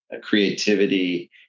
creativity